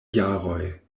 jaroj